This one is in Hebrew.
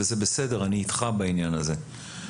וזה בסדר אני איתך בעניין הזה.